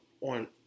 on